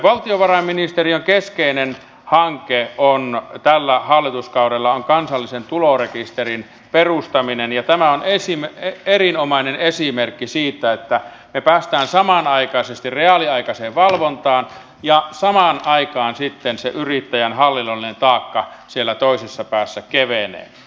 valtiovarainministeriön keskeinen hanke tällä hallituskaudella on kansallisen tulorekisterin perustaminen ja tämä on erinomainen esimerkki siitä että me pääsemme samanaikaisesti reaaliaikaiseen valvontaan ja samaan aikaan sitten sen yrittäjän hallinnollinen taakka siellä toisessa päässä kevenee